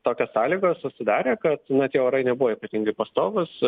tokios sąlygos susidarė kad na tie orai nebuvo ypatingai pastovūs